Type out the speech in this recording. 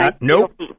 Nope